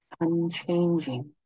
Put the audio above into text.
unchanging